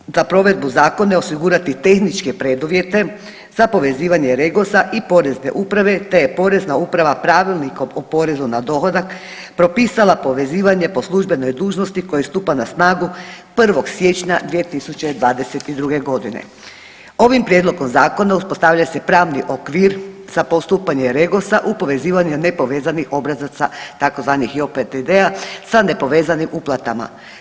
Trebalo je za provedbu zakona osigurati tehničke preduvjete za povezivanje REGOS-a i Porezne uprave te je Porezna uprava Pravilnikom o poreznu na dohodak propisala povezivanje po službenoj dužnosti koje stupa na snagu 1. siječnja 2022. g. Ovim Prijedlogom zakona uspostavlja se pravni okvir za postupanje REGOS-a u povezivanje nepovezanih obrazaca tzv. JOPDD-a sa nepovezanim uplatama.